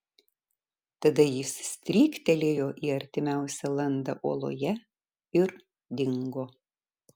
tada jis stryktelėjo į artimiausią landą uoloje ir dingo